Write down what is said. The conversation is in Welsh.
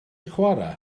chwarae